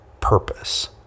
purpose